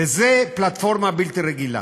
וזו פלטפורמה בלתי רגילה.